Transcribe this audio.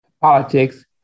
politics